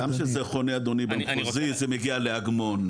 גם שזה חונה אדוני במחוזי, זה מגיע לאגמון.